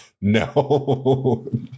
No